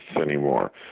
anymore